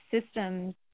systems